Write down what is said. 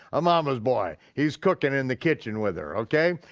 a momma's boy, he's cooking in the kitchen with her, okay?